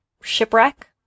shipwreck